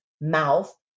mouth